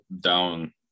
down